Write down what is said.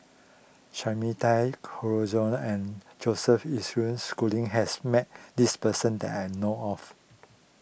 Sumida Haruzo and Joseph Isaac Schooling has met this person that I know of